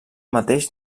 mateix